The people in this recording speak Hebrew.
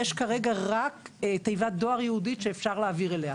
יש כרגע רק תיבת דואר ייעודית שאפשר להעביר אליה.